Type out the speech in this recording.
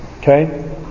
Okay